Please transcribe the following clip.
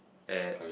at